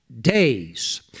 days